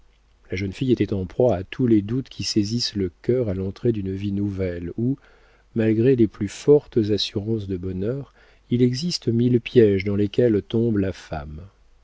la jeune fille était en proie à tous les doutes qui saisissent le cœur à l'entrée d'une vie nouvelle où malgré les plus fortes assurances de bonheur il existe mille piéges dans lesquels tombe la femme